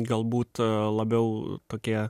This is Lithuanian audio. galbūt labiau tokie